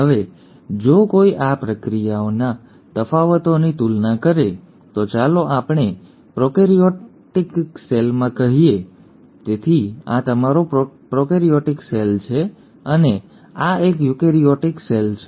હવે જો કોઈ આ પ્રક્રિયાઓના તફાવતોની તુલના કરે છે તો ચાલો આપણે પ્રોકેરિયોટિક સેલમાં કહીએ તેથી આ તમારો પ્રોકેરિયોટિક સેલ છે અને આ એક યુકેરીયોટિક સેલ છે